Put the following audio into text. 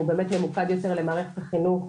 והוא אולי ממוקד יותר למערכת החינוך,